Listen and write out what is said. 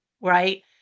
right